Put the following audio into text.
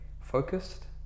focused